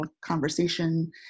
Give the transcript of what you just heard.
conversation